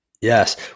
Yes